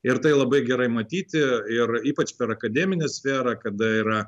ir tai labai gerai matyti ir ypač per akademinę sferą kada yra